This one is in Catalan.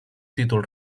títol